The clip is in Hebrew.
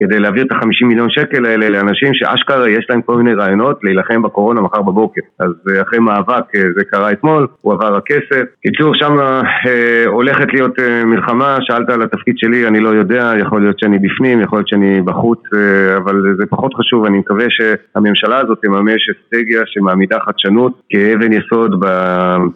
כדי להעביר את החמישים מיליון שקל האלה לאנשים שאשכרה יש להם כל מיני רעיונות להילחם בקורונה מחר בבוקר. אז אחרי מאבק, זה קרה אתמול, הועבר הכסף. בקיצור, שם הולכת להיות מלחמה, שאלת על התפקיד שלי, אני לא יודע, יכול להיות שאני בפנים, יכול להיות שאני בחוץ, אבל זה פחות חשוב. אני מקווה שהממשלה הזאת תממש אסטרטגיה שמעמידה חדשנות כאבן יסוד ב...